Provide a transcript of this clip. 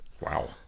Wow